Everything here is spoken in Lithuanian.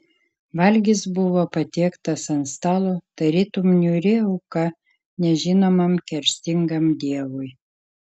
valgis buvo patiektas ant stalo tarytum niūri auka nežinomam kerštingam dievui